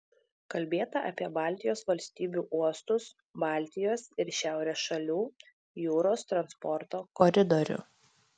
kalbėta apie baltijos valstybių uostus baltijos ir šiaurės šalių jūros transporto koridorių